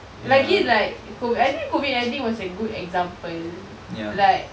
lagi like COVID I think COVID nineteen was a good example like